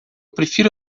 prefiro